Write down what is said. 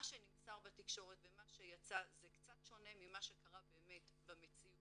מה שנמסר בתקשורת ומה שיצא זה קצת שונה ממה שקרה באמת במציאות.